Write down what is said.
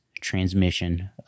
transmission